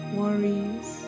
worries